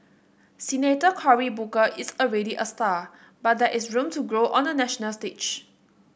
Senator Cory Booker is already a star but there is room to grow on the national stage